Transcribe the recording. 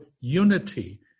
unity